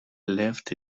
left